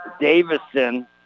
Davison